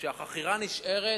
כשהחכירה נשארת,